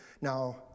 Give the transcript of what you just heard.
Now